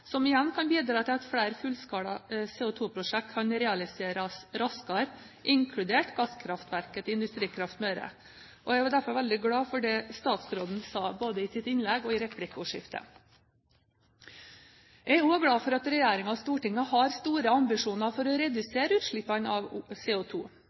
som igjen kan bidra til at flere fullskala CO2-prosjekt kan realiseres raskere, inkludert gasskraftverket Industrikraft Møre. Jeg er derfor veldig glad for det statsråden sa både i sitt innlegg og i replikkordskiftet. Jeg er også glad for at regjeringen og Stortinget har store ambisjoner for å